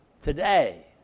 Today